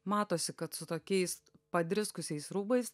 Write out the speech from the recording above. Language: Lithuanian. matosi kad su tokiais padriskusiais rūbais